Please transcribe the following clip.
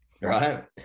right